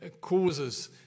causes